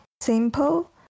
simple